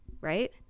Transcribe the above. right